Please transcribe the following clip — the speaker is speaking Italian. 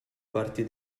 parti